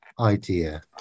idea